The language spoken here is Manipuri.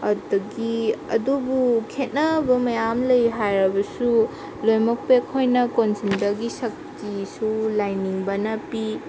ꯑꯗꯨꯗꯒꯤ ꯑꯗꯨꯕꯨ ꯈꯦꯠꯅꯕ ꯃꯌꯥꯝ ꯂꯩ ꯍꯥꯏꯔꯕꯁꯨ ꯂꯣꯏꯃꯛꯇ ꯑꯩꯈꯣꯏꯅ ꯀꯣꯟꯁꯤꯟꯕꯒꯤ ꯁꯛꯇꯤꯁꯨ ꯂꯥꯏꯅꯤꯡꯕꯅ ꯄꯤ